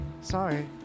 Sorry